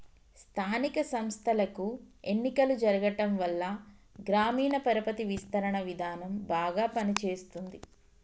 స్థానిక సంస్థలకు ఎన్నికలు జరగటంవల్ల గ్రామీణ పరపతి విస్తరణ విధానం బాగా పని చేస్తుంది